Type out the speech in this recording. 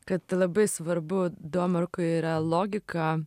kad labai svarbu domarkui yra logika